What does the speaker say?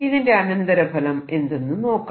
ഇതിന്റെ അനന്തര ഫലം എന്തെന്ന് നോക്കാം